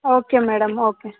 okay madam okay